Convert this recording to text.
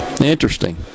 interesting